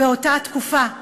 באותה תקופה,